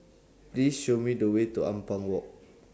Please Show Me The Way to Ampang Walk